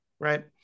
right